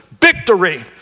Victory